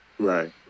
Right